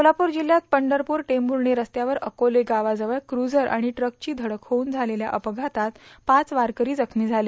सोलापूर जिल्हयात पंढरपूर टेपूर्णी रस्पावर अकोले गावाजवळ कुम्नर आणि ट्रकची घडक होऊन म्नालेल्या अपषातात पाच वारकरी जखमी झाले